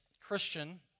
Christian